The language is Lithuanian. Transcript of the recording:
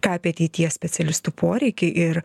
ką apie ateities specialistų poreikį ir